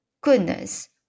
Goodness